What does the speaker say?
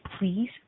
please